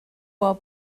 while